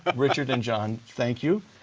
but richard and john, thank you.